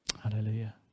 Hallelujah